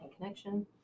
Connection